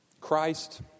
Christ